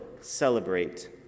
celebrate